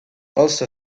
also